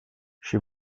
she